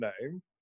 name